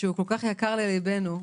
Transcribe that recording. שכל כך יקר לליבנו,